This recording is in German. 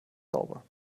sauber